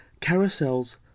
carousels